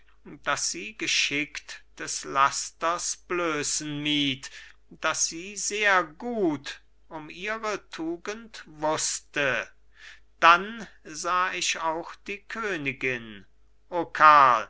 daß sie geschickt des lasters blößen mied daß sie sehr gut um ihre tugend wußte dann sah ich auch die königin o